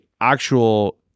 actual